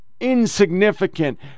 insignificant